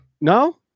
No